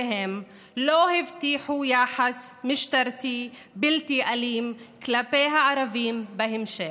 לא הבטיחו יחס משטרתי בלתי אלים כלפי הערבים בהמשך.